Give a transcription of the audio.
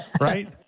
Right